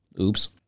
Oops